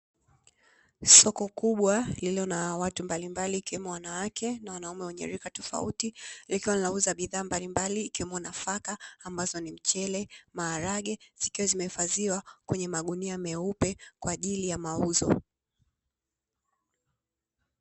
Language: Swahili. Soko kubwa lililo na watu mbalimbali ikiwemo wanawake na wanaume wenye rika tofauti likiwa linauza bidhaa mbalimbali ikiwemo nafaka ambazo ni mchele, maharage zikiwa zimehifashiwa kwenye magunia meupe kwa ajili ya mauzo.